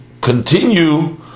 continue